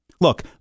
Look